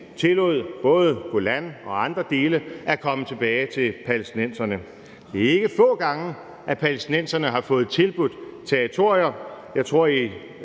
tillod både Golan og andre dele at komme tilbage til palæstinenserne. Det er ikke få gange, at palæstinenserne har fået tilbudt territorier. Jeg tror,